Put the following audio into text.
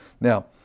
Now